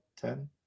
ten